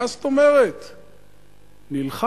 מה זאת אומרת נלחמת?